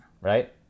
Right